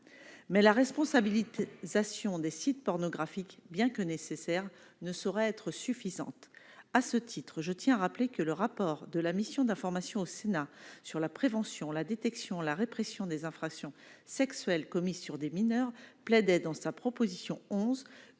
mais la responsabilité des sites pornographiques, bien que nécessaire, ne saurait être suffisante à ce titre, je tiens à rappeler que le rapport de la mission d'information au Sénat sur la prévention, la détection, la répression des infractions sexuelles commises sur des mineurs, plaidait dans sa proposition 11